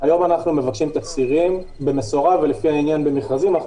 היום במשורה ולפי העניין במכרזים אנחנו